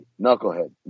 knucklehead